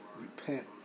repent